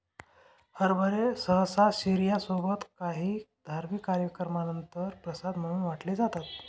हरभरे सहसा शिर्या सोबत काही धार्मिक कार्यक्रमानंतर प्रसाद म्हणून वाटले जातात